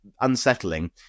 unsettling